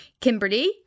Kimberly